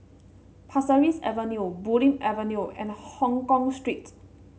Pasir Ris Avenue Bulim Avenue and Hongkong Street